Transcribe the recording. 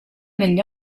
negli